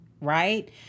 right